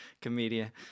comedian